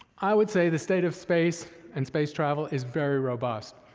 i would say the state of space and space travel is very robust.